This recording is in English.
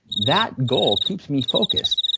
that goal keeps me focused.